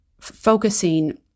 focusing